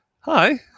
Hi